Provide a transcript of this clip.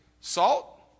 salt